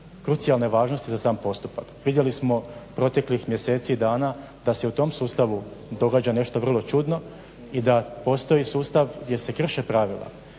krucijalne važnosti za sam postupak. Vidjeli smo proteklih mjeseci, dana da se u tom sustavu događa nešto vrlo čudno i da postoji sustav gdje se krše pravila.